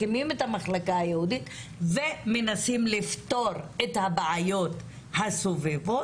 מקימים את המחלקה הייעודיות ומנסים לפתור את הבעיות הסובבות,